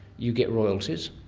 you get royalties?